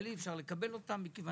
אבל אי אפשר לקבל אותם בגלל